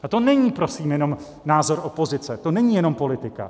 A to není prosím jenom názor opozice, to není jenom politika.